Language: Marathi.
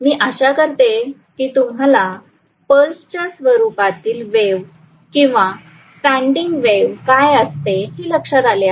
मी आशा करतो की तुम्हाला पल्स च्या स्वरूपातील वेव्ह किंवा स्टँडिंग वेव्ह काय असते हे लक्षात आले आहे